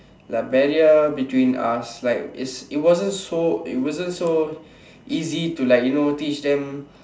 like barrier between us like it wasn't it wasn't so easy to like to you know teach them